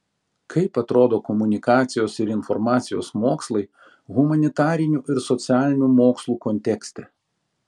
kaip atrodo komunikacijos ir informacijos mokslai humanitarinių ir socialinių mokslų kontekste